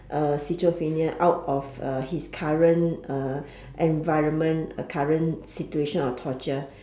uh schizophrenia out of uh his current uh environment uh current situation or torture